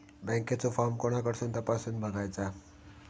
बँकेचो फार्म कोणाकडसून तपासूच बगायचा?